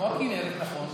כמו בכינרת, נכון.